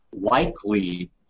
likely